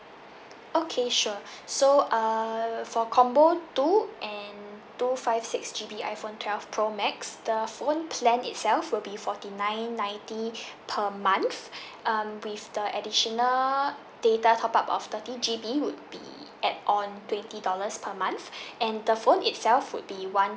okay sure so err for combo two and two five six G_B iphone twelve pro max the phone plan itself will be forty nine ninety per month um with the additional data top up of thirty G_B would be add on twenty dollars per month and the phone itself would be one